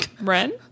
Ren